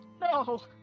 No